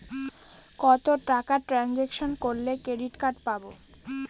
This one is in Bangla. কত টাকা ট্রানজেকশন করলে ক্রেডিট কার্ড পাবো?